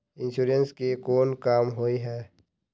Insurance के कोन काम होय है?